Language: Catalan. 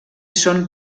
són